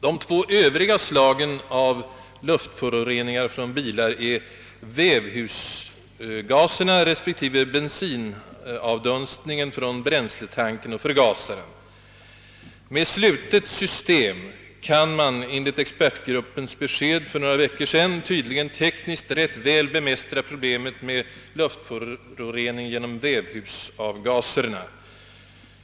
De två övriga slagen av luftföroreningar från bilar är vevhusavgaserna respektive bensinavdunstningen från bränsletanken och förgasaren. Med s.k. slutet system kan man enligt expertgruppens besked för några veckor sedan tydligen tekniskt rätt väl bemästra problemet med luftföroreningar genom vevhusavgaserna.